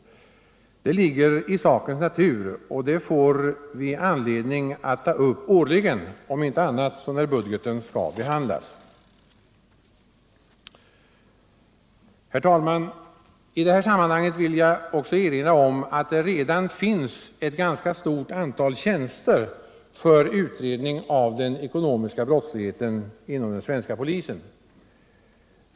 Det ligger i sakens natur, och det får vi anledning att ta upp årligen — om inte annat så när budgeten skall behandlas. Herr talman! I det här sammanhanget vill jag också erinra om att det redan finns ett stort antal tjänster inom den svenska polisen för utredning av den ekonomiska brottsligheten.